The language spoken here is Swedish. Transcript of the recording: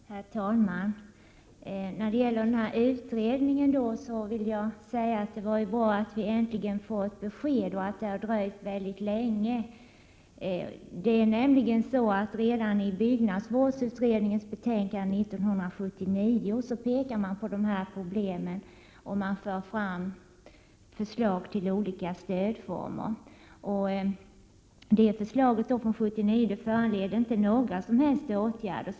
Herr talman! När det gäller utredningen är det bra att vi äntligen får ett besked. Det har emellertid dröjt väldigt länge. Redan i byggnadsvårdsutredningens betänkande 1979 pekade man på de här problemen och lade fram förslag till olika stödformer, men dessa förslag föranledde inte några som helst åtgärder.